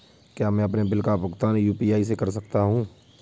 क्या मैं अपने बिल का भुगतान यू.पी.आई से कर सकता हूँ?